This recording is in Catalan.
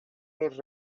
los